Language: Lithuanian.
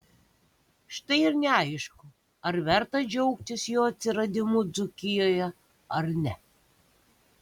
štai ir neaišku ar verta džiaugtis jo atsiradimu dzūkijoje ar ne